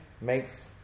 makes